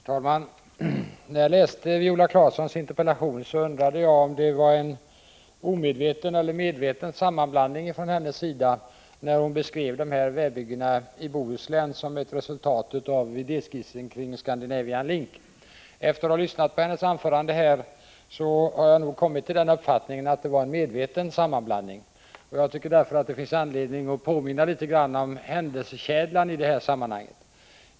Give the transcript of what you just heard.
Herr talman! När jag läste Viola Claessons interpellation undrade jag om det var en omedveten eller medveten sammanblandning från hennes sida då hon beskrev vägbyggena i Bohuslän som ett resultat av idéskissen kring Scandinavian Link. Efter att ha lyssnat till hennes anförande har jag kommit till den uppfattningen att det nog var en medveten sammanblandning. Jag tycker att det därför finns anledning att litet grand påminna om händelsekedjan i detta sammanhang.